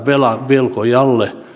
velkojalle